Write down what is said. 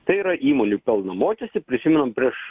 tai yra įmonių pelno mokėstį prisimenam prieš